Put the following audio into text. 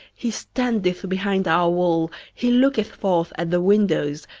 he standeth behind our wall, he looketh forth at the windows,